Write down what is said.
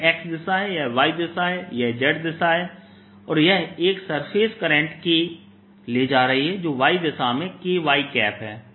यह x दिशा है यह y दिशा है और यह z दिशा है और यह एक सरफेस करंट K ले जा रही है जो y दिशा में Ky है